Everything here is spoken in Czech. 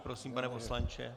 Prosím, pane poslanče.